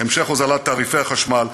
המשך הוזלת תעריפי החשמל,